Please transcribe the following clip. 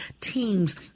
teams